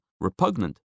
repugnant